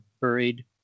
buried